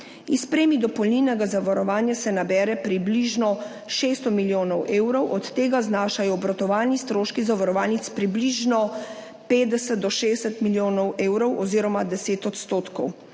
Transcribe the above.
iz premij dopolnilnega zavarovanja se nabere približno 600 milijonov evrov, od tega znašajo obratovalni stroški zavarovalnic približno 50 do 60 milijonov evrov oziroma 10 %. Pogost